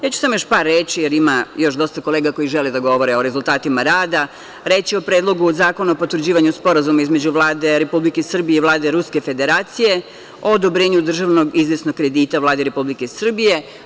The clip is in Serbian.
Ja ću samo još par reči, jer ima još dosta kolega koji žele da govore o rezultatima rada, reći o Predlogu zakona o potvrđivanju sporazuma između Vlade Republike Srbije i Vlade Ruske Federacija o odobrenju državnog kredita Vlade Republike Srbije.